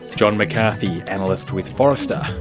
john mccarthy, analyst with forrester